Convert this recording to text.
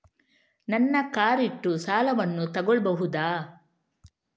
ನನ್ನ ಕಾರ್ ಇಟ್ಟು ಸಾಲವನ್ನು ತಗೋಳ್ಬಹುದಾ?